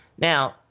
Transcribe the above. Now